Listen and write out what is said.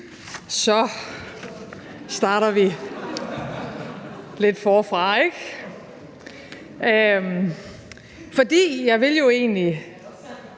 så starter vi lidt forfra, ikke? For jeg ville jo egentlig